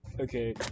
Okay